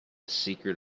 secret